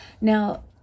Now